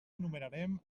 enumerarem